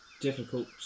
difficult